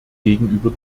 gegenüber